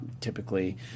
typically